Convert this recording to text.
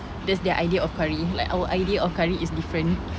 that's their idea of curry like our idea of curry is different